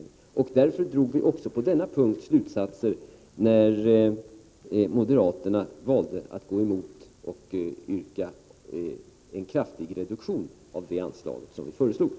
Och det är därför som vi på den här punkten också drog slutsatser, när moderaterna valde att gå emot förslaget och yrka på en kraftig reduktion av det anslag som vi förordade.